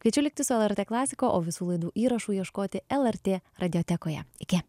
kviečiu likti su lrt klasika o visų laidų įrašų ieškoti lrt radiotekoje iki